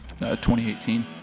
2018